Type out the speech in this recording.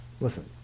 Listen